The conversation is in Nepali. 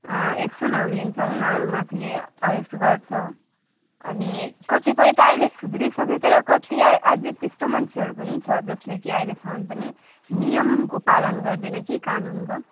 एक्सनहरू लिन्छौँ उनीहरूमाथि एरेस्ट गर्छौँ अनि कतिपय त अहिले सुध्रिसके तर कति अझै त्यस्तो मान्छेहरू पनि छ जसले कि अहिलेसम्म पनि नियमको पालन गर्दैन के कानुनको